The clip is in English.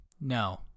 No